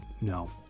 no